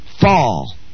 fall